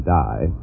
die